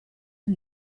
and